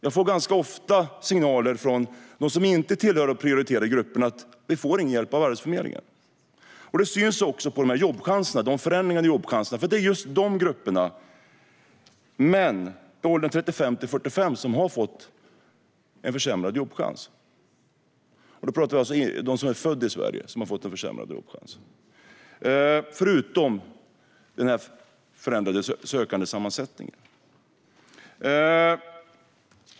Jag får ganska ofta signaler från dem som inte tillhör de prioriterade grupperna om att de inte får någon hjälp av Arbetsförmedlingen. Det syns också på förändringarna i jobbchanserna, förutom den förändrade sökandesammansättningen, att det är just gruppen män i åldrarna 35-45 som har fått en försämrad jobbchans. Då pratar vi alltså om dem som är födda i Sverige.